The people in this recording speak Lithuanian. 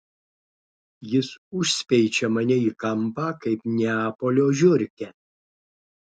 jis užspeičia mane į kampą kaip neapolio žiurkę